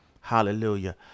Hallelujah